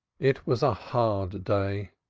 it was a hard day,